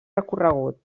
recorregut